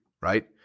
right